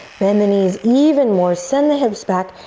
bend the knees even more, send the hips back,